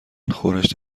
خورشت